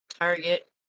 Target